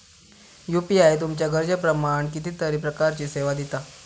UPI तुमच्या गरजेप्रमाण कितीतरी प्रकारचीं सेवा दिता